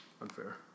Unfair